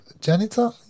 janitor